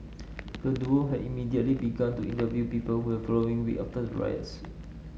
the Duo had immediately began to interview people who are following week after the riots